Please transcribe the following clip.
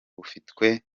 bufitwe